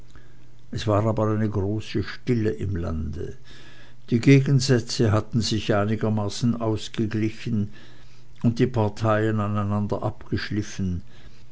es war aber eine große stille im lande die gegensätze hatten sich einigermaßen ausgeglichen und die parteien aneinander abgeschliffen